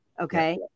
Okay